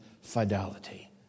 fidelity